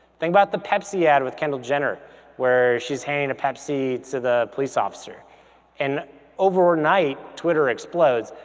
think about the pepsi ad with kendall jenner where she's handing a pepsi to the police officer and overnight, twitter explodes.